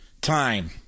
Time